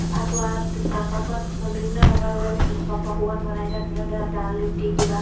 ফাকুৱাত ফাক ফাকুৱাত বিভিন্ন ধৰণৰ পক পকোৱান বনায় দাল ৰুটি কিবা